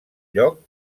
lloc